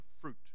fruit